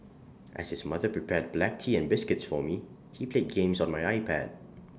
as his mother prepared black tea and biscuits for me he played games on my iPad